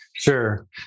Sure